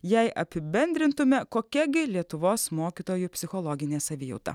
jei apibendrintume kokia gi lietuvos mokytojų psichologinė savijauta